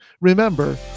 remember